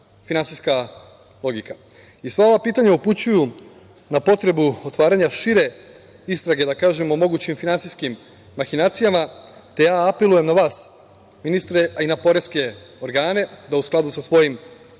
finansijska logika. Sva ova pitanja upućuju na potrebu otvaranja šire istrage, da kažem, o mogućim finansijskim mahinacijama, te ja apelujem na vas ministre a i na poreske organe da u skladu sa svojim